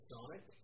Sonic